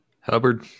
Hubbard